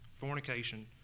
fornication